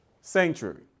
sanctuary